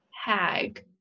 Hag